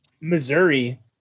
Missouri